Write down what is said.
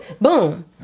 boom